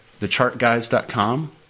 thechartguys.com